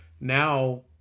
now